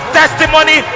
testimony